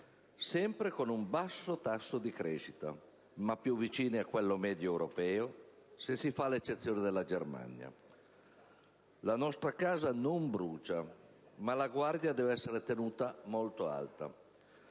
sempre con un basso tasso di crescita, ma più vicini a quello medio europeo, se si fa l'eccezione della Germania. La nostra casa non brucia, ma la guardia deve essere tenuta molto alta.